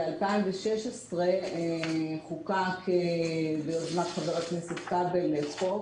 ב-2016 חוקק ביוזמת חבר הכנסת כבל חוק